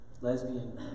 Lesbian